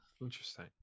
interesting